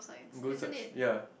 go search ya